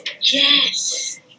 Yes